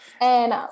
And-